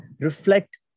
reflect